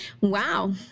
Wow